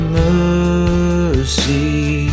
mercy